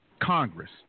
Congress